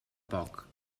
poc